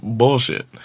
bullshit